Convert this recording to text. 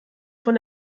von